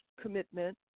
commitment